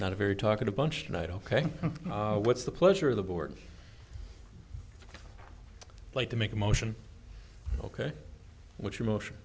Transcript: not a very talkative bunch tonight ok what's the pleasure of the board like to make a motion ok what's your motion